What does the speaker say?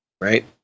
right